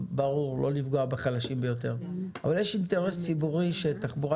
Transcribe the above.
לא לפגוע בחלשים ביותר אבל יש אינטרס ציבורי שהתחבורה